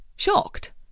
Shocked